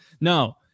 No